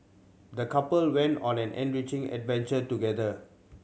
the couple went on an enriching adventure together